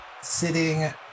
sitting